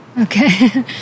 Okay